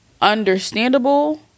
Understandable